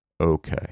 okay